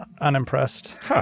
unimpressed